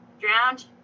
drowned